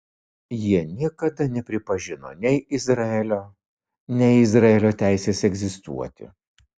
jie niekada nepripažino nei izraelio nei izraelio teisės egzistuoti